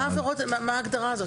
מה ההגדרה הזאת?